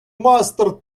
master